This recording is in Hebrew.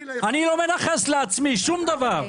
אני לא מנכס לעצמי שום דבר.